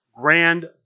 Grand